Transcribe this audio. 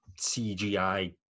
cgi